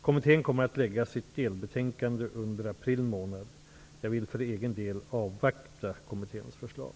Kommittén kommer att lägga sitt delbetänkande under april månad. Jag vill för egen del avvakta kommitténs förslag.